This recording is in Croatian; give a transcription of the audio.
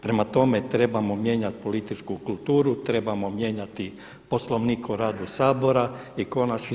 Prema tome, trebamo mijenjati političku kulturu, trebamo mijenjati Poslovnik o radu Sabora i konačno